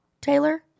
Taylor